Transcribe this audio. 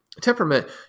temperament